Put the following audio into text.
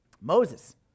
Moses